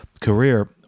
career